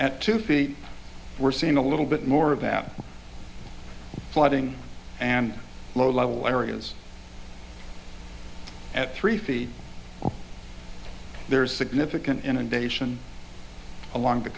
at two feet we're seeing a little bit more about flooding and low level areas at three feet there's significant inundation along the